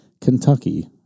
Kentucky